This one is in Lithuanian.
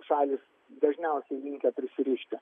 šalys dažniausiai linkę prisirišti